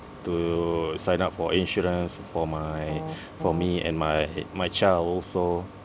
to sign up for insurance for my for me and my my child also